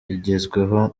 igezweho